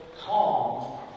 calm